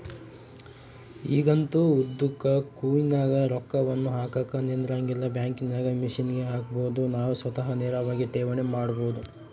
ಈಗಂತೂ ಉದ್ದುಕ ಕ್ಯೂನಗ ರೊಕ್ಕವನ್ನು ಹಾಕಕ ನಿಂದ್ರಂಗಿಲ್ಲ, ಬ್ಯಾಂಕಿನಾಗ ಮಿಷನ್ಗೆ ಹಾಕಬೊದು ನಾವು ಸ್ವತಃ ನೇರವಾಗಿ ಠೇವಣಿ ಮಾಡಬೊದು